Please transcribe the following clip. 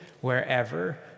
wherever